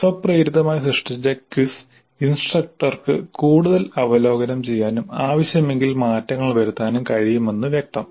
സ്വപ്രേരിതമായി സൃഷ്ടിച്ച ക്വിസ് ഇൻസ്ട്രക്ടർക്ക് കൂടുതൽ അവലോകനം ചെയ്യാനും ആവശ്യമെങ്കിൽ മാറ്റങ്ങൾ വരുത്താനും കഴിയുമെന്ന് വ്യക്തം